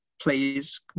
please